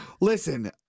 listen